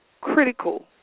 critical